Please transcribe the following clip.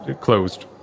closed